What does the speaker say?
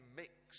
mix